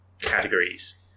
categories